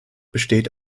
besteht